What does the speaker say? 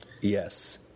Yes